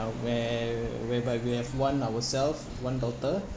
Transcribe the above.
uh where~ whereby we have won ourself one daughter